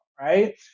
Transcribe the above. right